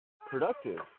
productive